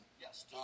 Yes